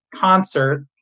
concert